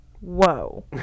Whoa